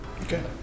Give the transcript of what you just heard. Okay